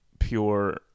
pure